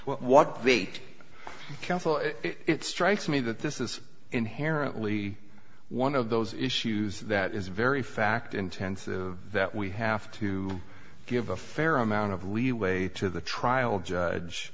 counsel is it strikes me that this is inherently one of those issues that is very fact intensive that we have to give a fair amount of leeway to the trial judge